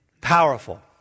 Powerful